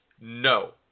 No